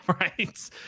right